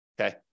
okay